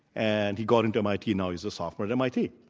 and he got into mit, now he's a sophomore at mit.